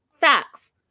Facts